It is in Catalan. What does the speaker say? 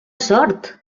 sort